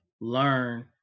learn